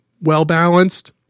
well-balanced